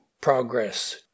progress